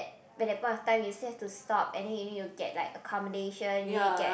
but that point of time you still have to stop and then you need to get like accommodation you need to get